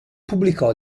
pubblicò